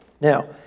Now